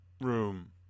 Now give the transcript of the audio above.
room